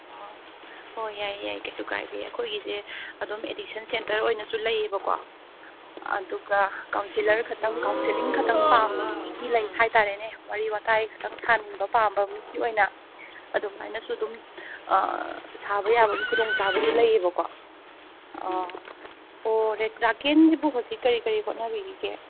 ꯑꯥ ꯍꯣꯏ ꯌꯥꯏꯌꯦ ꯌꯥꯏꯌꯦ ꯀꯩꯁꯨ ꯀꯥꯏꯗꯦ ꯑꯩꯈꯣꯏꯒꯤ ꯑꯗꯨꯝ ꯑꯦꯗꯤꯛꯁꯟ ꯁꯦꯟꯇꯔ ꯑꯣꯏꯅꯁꯨ ꯂꯩꯌꯦꯕꯀꯣ ꯑꯗꯨꯒ ꯀꯥꯎꯟꯁꯤꯜꯂꯔ ꯈꯛꯇꯪ ꯀꯥꯎꯟꯁꯤꯜꯂꯤꯡ ꯈꯛꯇꯪ ꯄꯥꯝꯕ ꯃꯤꯒꯤ ꯂꯩ ꯍꯥꯏꯇꯔꯦꯅꯦ ꯋꯥꯔꯤ ꯋꯥꯇꯥꯏ ꯈꯛꯇꯪ ꯁꯥꯅꯤꯡꯕ ꯄꯥꯝꯕ ꯃꯤꯒꯤ ꯑꯣꯏꯅ ꯑꯗꯨꯃꯥꯏꯅꯁꯨ ꯑꯗꯨꯝ ꯑꯥ ꯁꯥꯕ ꯌꯥꯕꯒꯤ ꯈꯨꯗꯣꯡ ꯆꯥꯕꯁꯨ ꯂꯩꯌꯦꯕꯀꯣ ꯑꯥ ꯑꯣ ꯔꯦꯀ꯭ꯔꯥꯀꯦꯟꯁꯤꯕꯨ ꯍꯧꯖꯤꯛ ꯀꯔꯤ ꯀꯔꯤ ꯍꯣꯠꯅꯕꯤꯔꯤꯒꯦ